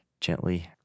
gently